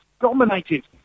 dominated